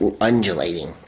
undulating